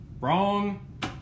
wrong